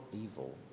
evil